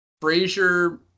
Frazier